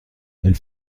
elle